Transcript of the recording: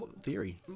theory